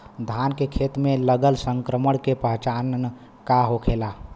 धान के खेत मे लगल संक्रमण के पहचान का होखेला?